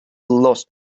lost